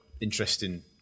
interesting